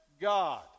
God